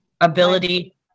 ability